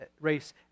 race